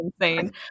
insane